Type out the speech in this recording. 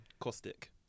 caustic